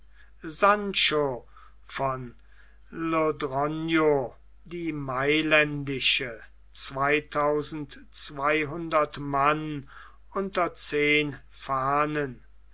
sancho von lodoo die mailändische zweitausend zweihundert mann unter zehn fahnen